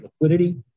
liquidity